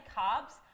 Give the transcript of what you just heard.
carbs